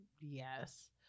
Yes